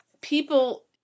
people